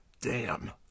Damn